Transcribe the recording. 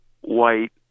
white